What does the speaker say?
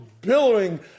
billowing